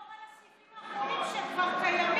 תעבור על הסעיפים האחרונים, שהם כבר קיימים.